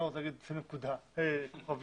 לשים כוכבית,